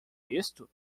visto